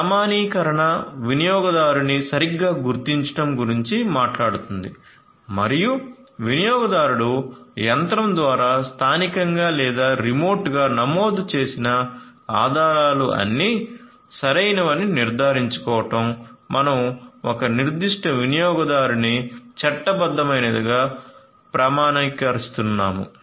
ప్రామాణీకరణ వినియోగదారుని సరిగ్గా గుర్తించడం గురించి మాట్లాడుతుంది మరియు వినియోగదారుడు యంత్రం ద్వారా స్థానికంగా లేదా రిమోట్గా నమోదు చేసిన ఆధారాలు అన్నీ సరైనవని నిర్ధారించుకోవడం మనం ఒక నిర్దిష్ట వినియోగదారుని చట్టబద్ధమైనదిగా ప్రామాణీకరిస్తున్నాము